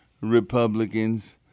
Republicans—